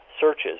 searches